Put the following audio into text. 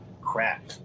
crap